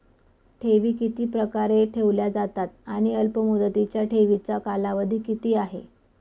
ठेवी किती प्रकारे ठेवल्या जातात आणि अल्पमुदतीच्या ठेवीचा कालावधी किती आहे?